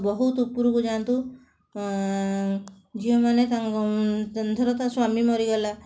ବହୁତ ଉପରକୁ ଯାଆନ୍ତୁ ଝିଅମାନେ ତାଙ୍କ ଧର ତା ସ୍ୱାମୀ ମରିଗଲା